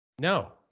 No